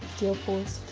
steel force,